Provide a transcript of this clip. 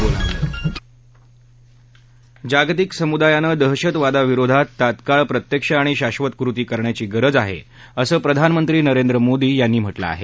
बोलावलं जागतिक समुदायानं दहशतवादाविरोधात तात्काळ प्रत्यक्ष आणि शाक्षत कृती करण्याची गरज आहा असं प्रधानमंत्री नरेंद्र मोदी यांनी म्हटलं आह